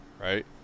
right